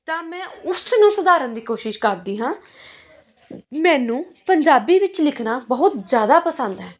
ਤਾਂ ਮੈਂ ਉਸ ਨੂੰ ਸੁਧਾਰਨ ਦੀ ਕੋਸ਼ਿਸ਼ ਕਰਦੀ ਹਾਂ ਮੈਨੂੰ ਪੰਜਾਬੀ ਵਿੱਚ ਲਿਖਣਾ ਬਹੁਤ ਜ਼ਿਆਦਾ ਪਸੰਦ ਹੈ